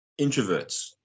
introverts